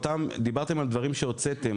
דיברתן על דברים שהוצאתם,